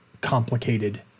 complicated